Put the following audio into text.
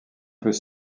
peut